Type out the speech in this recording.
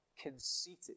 conceited